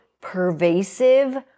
pervasive